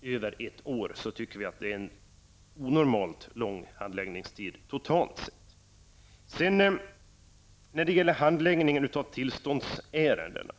Vi tycker att det är en onormalt lång handläggningstid totalt sett. När det sedan gäller handläggningen av tillståndsärendena